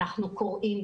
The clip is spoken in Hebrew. אנחנו קוראים,